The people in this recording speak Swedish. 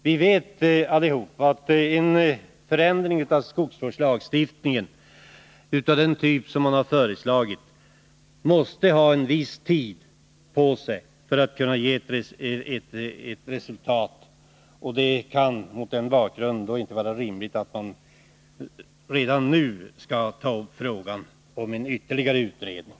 Vi vet alla att en förändring av skogsvårdslagstiftningen av den typ man har föreslagit måste ha en viss tid på sig för att kunna ge resultat. Mot den bakgrunden kan det inte vara rimligt att redan nu ta upp frågan om ytterligare en utredning.